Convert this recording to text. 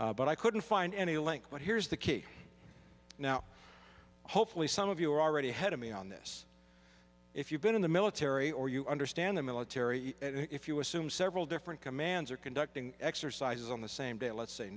but i couldn't find any length but here's the key now hopefully some of you are already ahead of me on this if you've been in the military or you understand the military if you assume several different commands are conducting exercises on the same day let's say